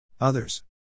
Others